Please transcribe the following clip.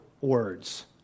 words